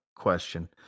question